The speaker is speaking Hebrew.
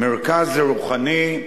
מרכז רוחני,